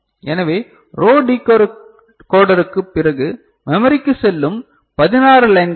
எனவே ரோ டிகோடருக்குப் பிறகு மெமரிக்கு செல்லும் 16 லைன்கள் இவை